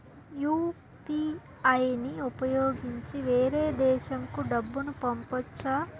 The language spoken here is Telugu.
యు.పి.ఐ ని ఉపయోగించి వేరే దేశంకు డబ్బును పంపొచ్చా?